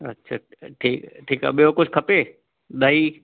अछा ठी ठीकु आहे ॿियो कुझु खपे ॾही